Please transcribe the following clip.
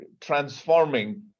transforming